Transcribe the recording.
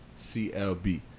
CLB